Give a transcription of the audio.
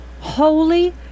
holy